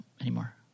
anymore